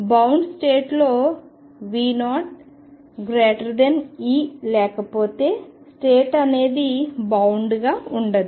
bound state లో V0E లేకపోతే state అనేది బౌండ్ గా ఉండదు